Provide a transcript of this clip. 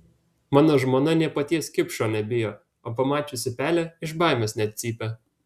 mano žmona nė paties kipšo nebijo o pamačiusi pelę iš baimės net cypia